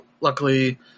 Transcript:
Luckily